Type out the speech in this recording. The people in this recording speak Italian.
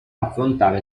affrontare